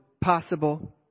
possible